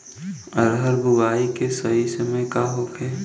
अरहर बुआई के सही समय का होखे?